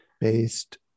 based